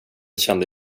kände